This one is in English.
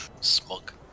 Smoke